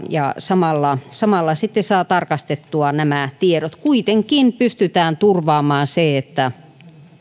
ja samalla samalla sitten saa tarkastettua nämä tiedot kuitenkin pystytään turvaamaan se että